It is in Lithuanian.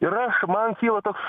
ir aš man kyla toks